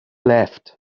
left